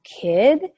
kid